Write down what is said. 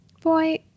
Boy